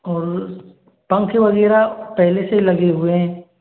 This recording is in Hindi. और पंखे वगैरह पहले से ही लगे हुए हैं